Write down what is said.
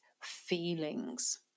feelings